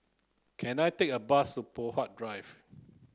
can I take a bus to Poh Huat Drive